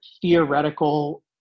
theoretical